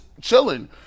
chilling